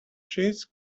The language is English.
cheese